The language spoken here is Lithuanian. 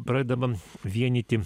pradedama vienyti